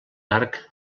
arc